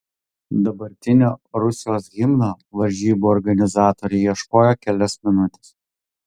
dabartinio rusijos himno varžybų organizatoriai ieškojo kelias minutes